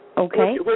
Okay